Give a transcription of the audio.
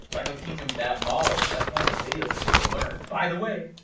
i go teach them that model. that's one of the videos that they go learn. by the way,